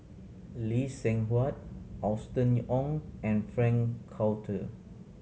Lee Seng Huat Austen Ong and Frank Cloutier